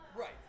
Right